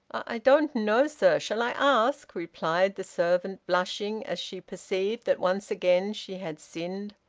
i don't know, sir. shall i ask? replied the servant, blushing as she perceived that once again she had sinned.